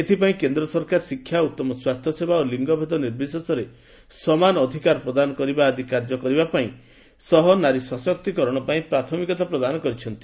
ସେଥିପାଇଁ କେନ୍ଦ୍ର ସରକାର ଶିକ୍ଷା ଉଉମ ସ୍ୱାସ୍ଥ୍ୟସେବା ଓ ଲିଙ୍ଗଭେଦ ନିର୍ବିଶେଷରେ ସମାନ ଅଧିକାର ପ୍ରଦାନ କରିବା ଆଦି କାର୍ଯ୍ୟ କରିବା ସହ ନାରୀ ସଶକ୍ତିକରଣ ପାଇଁ ପ୍ରାଥମିକତା ପ୍ରଦାନ କରିଛନ୍ତି